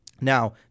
Now